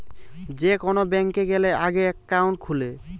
যে কোন ব্যাংকে গ্যালে আগে একাউন্ট খুলে